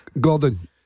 Gordon